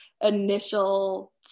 initial